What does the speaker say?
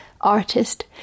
artist